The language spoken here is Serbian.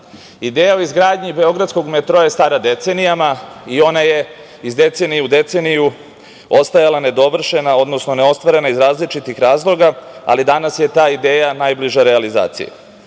grada. Ideja o izgradnji beogradskog metroa je stara decenijama i ona je iz decenije u deceniju ostajala nedovršena, odnosno neostvarena iz različitih razloga, ali danas je ta ideja najbliža realizaciji. Realizacija